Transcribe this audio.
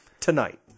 Tonight